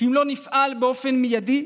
כי אם לא נפעל באופן מיידי,